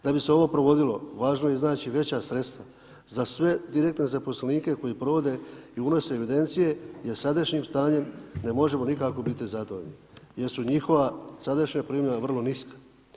Da bi se ovo provodilo, važno je znači veća sredstva za sve direktne zaposlenike koji provode i unose evidencije jer sadašnjim stanjem ne možemo nikako biti zadovoljni jer su njihova sadašnja primanja vrlo niska.